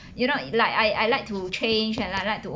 you know like I I like to change and I like to